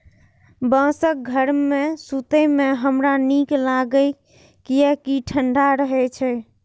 बांसक घर मे सुतै मे हमरा नीक लागैए, कियैकि ई ठंढा रहै छै